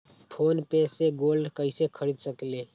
Phone पे से gold कईसे खरीद सकीले?